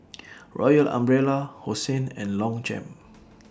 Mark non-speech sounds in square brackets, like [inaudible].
[noise] Royal Umbrella Hosen and Longchamp